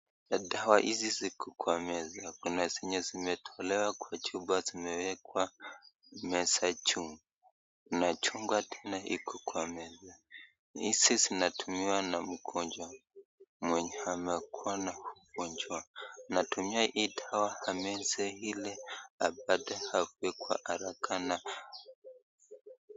Dawa hizi ziko kwa meza kuna zenye zimetolewa kwa chupa zimewekwa meza juu na chungwa tena iko kwa meza, hizi zinatumiwa na mgonjwa mwenye amekuwa na ugonjwa anatumia hii dawa ameze ili apate akue kwa haraka na.